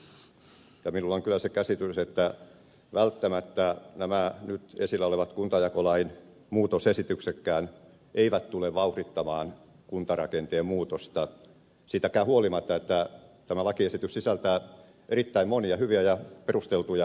minulla on kyllä se käsitys että välttämättä nämä nyt esillä olevat kuntajakolain muutosesityksetkään eivät tule vauhdittamaan kuntarakenteen muutosta siitäkään huolimatta että tämä lakiesitys sisältää erittäin monia hyviä ja perusteltuja parannuksia